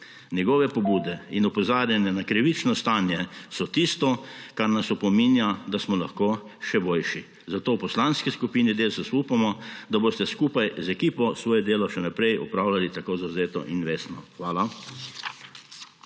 Njegove pobude in opozarjanja na krivično stanje so tisto, kar nas opominja, da smo lahko še boljši, zato v Poslanski skupini Desus upamo, da boste skupaj z ekipo svoje delo še naprej opravljali tako zavzeto in vestno. Hvala.